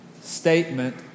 statement